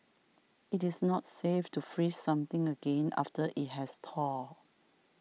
it is not safe to freeze something again after it has thawed